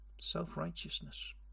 self-righteousness